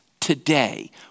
today